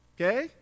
okay